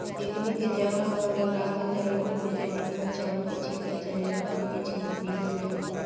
एकनी के जवना घर में राखल जाला ओमे जमीन पर चाउर के छिलका चाहे लकड़ी के छिलका बीगल जाला